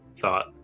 thought